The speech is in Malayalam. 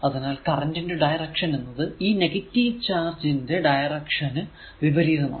അതിനാൽ കറന്റ് ന്റെ ഡയറൿഷൻ എന്നത് ഈ നെഗറ്റീവ് ചാർജ് ന്റെ ഡയറൿഷൻ നു വിപരീതമാണ്